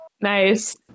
Nice